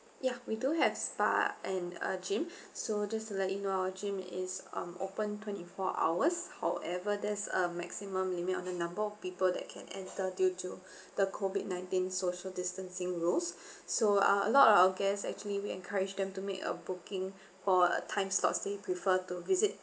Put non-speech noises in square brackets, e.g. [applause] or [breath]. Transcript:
ya we do have spa and a gym [breath] so just to let you know our gym is um open twenty four hours however there's a maximum limit on the number of people that can enter due to [breath] the COVID nineteen social distancing rules [breath] so uh a lot of our guest actually we encourage them to make a booking [breath] for a time slots they prefer to visit